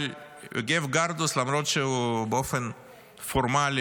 אבל יוגב גרדוס, למרות שהוא באופן פורמלי